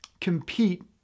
compete